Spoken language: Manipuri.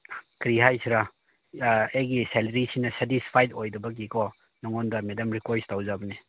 ꯀꯥꯔꯤ ꯍꯥꯏꯁꯤꯔꯥ ꯑꯩꯒꯤ ꯁꯦꯂꯔꯤꯁꯤꯅ ꯁꯦꯇꯤꯁꯐꯥꯏꯗ ꯑꯣꯏꯗꯕꯒꯤꯀꯣ ꯅꯪꯉꯣꯟꯗ ꯃꯦꯗꯥꯝ ꯔꯤꯀ꯭ꯋꯦꯁ ꯇꯧꯖꯕꯅꯦ